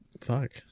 Fuck